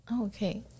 Okay